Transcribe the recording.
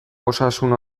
osasun